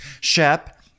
Shep